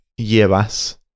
llevas